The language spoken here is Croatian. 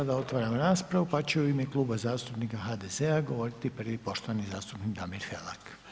Sada otvaram raspravu pa će u ime Kluba zastupnika HDZ-a govoriti prvi poštovani zastupnik Damir Felak.